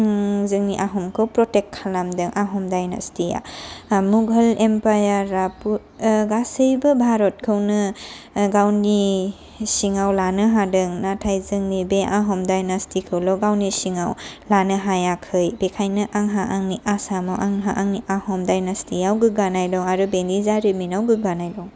जोंनि आहमखो प्रटेक्ट खालामदों आहम डाइनाचटिया मुगाल एमपाइयाराथ' गासैबो भारतखौनो गावनि सिङाव लानो हादों नाथाय जोंनि बे आहम डाइनेचटिखौल' गावनि सिङाव लानो हायाखै बेखायनो आंहा आंनि आसामाव आंहा आंनि आहम दाइनेचटियाव गोगानाय दं आरो बेनि जारिमिनाव गोगगानाय दं